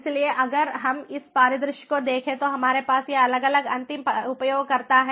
इसलिए अगर हम इस परिदृश्य को देखें तो हमारे पास ये अलग अलग अंतिम उपयोगकर्ता हैं